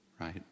right